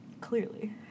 Clearly